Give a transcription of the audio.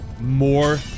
More